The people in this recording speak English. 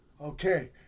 Okay